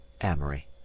amory